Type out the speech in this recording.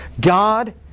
God